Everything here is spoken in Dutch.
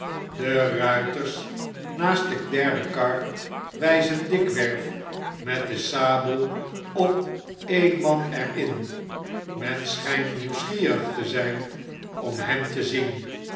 de ruiters naast de derde kar wyzen dikwerf met de sabel op e'en man er in men schijnt nieuwsgierig te zy'n om hem te zien